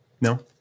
no